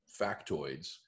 factoids